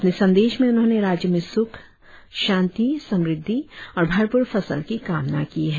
अपने संदेश में उन्होंने राज्य मे सुख शांति समृद्धि और भरपूर फसल की कामना की है